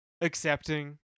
accepting